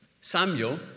Samuel